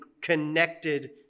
connected